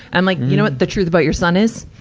i'm like, you know what the truth about your son is?